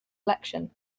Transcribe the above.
election